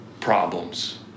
problems